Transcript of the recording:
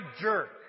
jerk